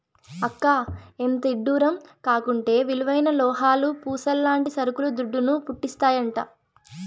అక్కా, ఎంతిడ్డూరం కాకుంటే విలువైన లోహాలు, పూసల్లాంటి సరుకులు దుడ్డును, పుట్టిస్తాయంట